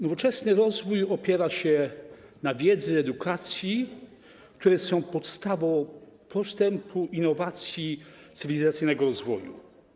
Nowoczesny rozwój opiera się na wiedzy, edukacji, które są podstawą postępu, innowacji, cywilizacyjnego rozwoju.